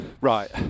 Right